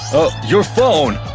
your phone!